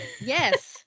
Yes